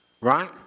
right